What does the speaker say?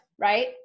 right